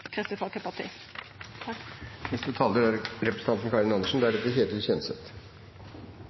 neste taler representanten Ketil Kjenseth.